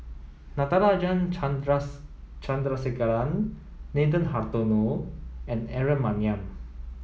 Natarajan Chandrasekaran Nathan Hartono and Aaron Maniam